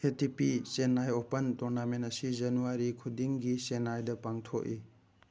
ꯑꯦ T P Chennai open tournament ꯑꯁꯤ ꯖꯅꯋꯥꯔꯤ ꯈꯨꯗꯤꯡꯒꯤ ꯆꯦꯟꯅꯥꯏꯗ ꯄꯥꯡꯊꯣꯛꯏ